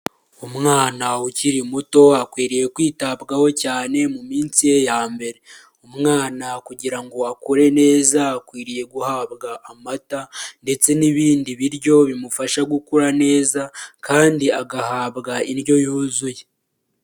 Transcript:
Umwana ukiri muto akwiriye kwitabwaho cyane mu minsi ye ya mbere, umwana kugira ngo akure neza akwiriye guhabwa amata ndetse n'ibindi biryo bimufasha gukura neza kandi agahabwa indyo yuzuye.